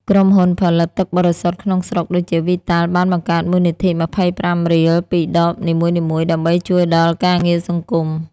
ក្រុមហ៊ុនផលិតទឹកបរិសុទ្ធក្នុងស្រុកដូចជា វីតាល់ (Vital) បានបង្កើតមូលនិធិ ២៥ រៀល ពីដបនីមួយៗដើម្បីជួយដល់ការងារសង្គម។